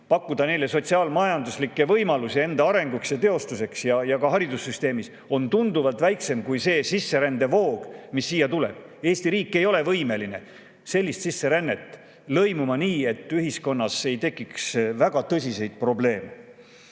pakkuda neile sotsiaal-majanduslikke võimalusi arenguks ja [enese]teostuseks ka haridussüsteemis on tunduvalt väiksem, kui [vajaks] see sisserände voog, mis siia tuleb. Eesti riik ei ole võimeline sellist sisserännet lõimima nii, et ühiskonnas ei tekiks väga tõsiseid probleeme.